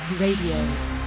Radio